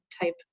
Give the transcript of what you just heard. type